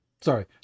sorry